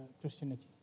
Christianity